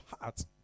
heart